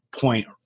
point